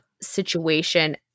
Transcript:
situation